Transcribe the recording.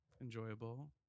enjoyable